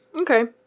Okay